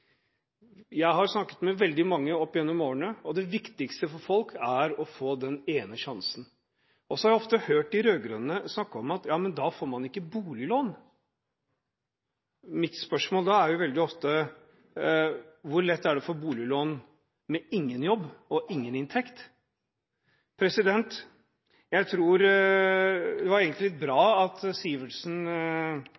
Jeg har snakket med veldig mange opp gjennom årene, og det viktigste for folk er å få den ene sjansen. Jeg har ofte hørt de rød-grønne snakke om at da får man ikke boliglån. Mitt spørsmål da er veldig ofte: Hvor lett er det å få boliglån med ingen jobb og ingen inntekt? Jeg tror egentlig det var